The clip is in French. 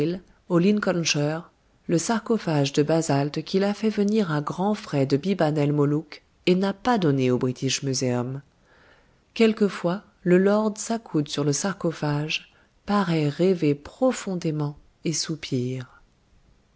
lincolnshire le sarcophage de basalte qu'il a fait venir à grands frais de biban el molouk et n'a pas donné au british muséum quelquefois le lord s'accoude sur le sarcophage paraît rêver profondément et